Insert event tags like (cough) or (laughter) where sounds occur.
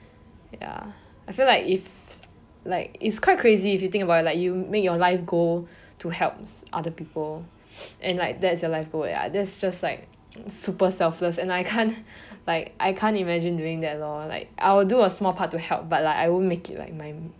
ya I feel like if like it's quite crazy if you think about it like you make your life goal to helps other people and like that is your life goal ya that is just like super selfless and I can't (laughs) like I can't imagine doing that lor like I will do a small part to help but like I won't make it like my